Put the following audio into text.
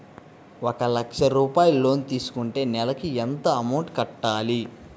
ఒక లక్ష రూపాయిలు లోన్ తీసుకుంటే నెలకి ఎంత అమౌంట్ కట్టాలి?